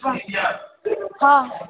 હા હા